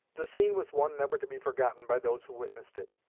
the scene was one never to be forgotten by those who witnessed it.